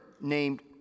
named